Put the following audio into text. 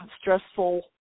Stressful